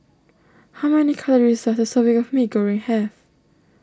how many calories does a serving of Mee Goreng have